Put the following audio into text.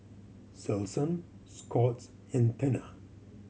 Selsun Scott's and Tena